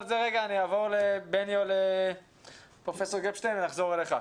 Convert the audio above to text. נעבור לפרופסור גפשטיין ואחר כך נחזור אליו.